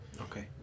Okay